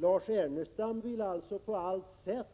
Lars Ernestam vill således på allt sätt